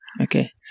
Okay